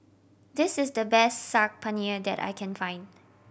this is the best Saag Paneer that I can find